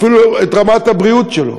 אפילו לא רמת הבריאות שלו.